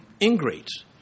Ingrates